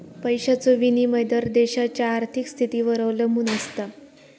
पैशाचो विनिमय दर देशाच्या आर्थिक स्थितीवर अवलंबून आसता